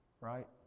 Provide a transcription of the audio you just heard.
Right